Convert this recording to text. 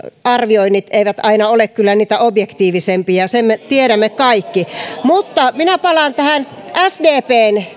arvioinnit eivät aina ole kyllä niitä objektiivisimpia sen me tiedämme kaikki mutta minä palaan tähän sdpn